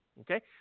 okay